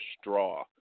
straw